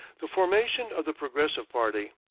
the formation of the progressive party.